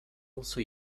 also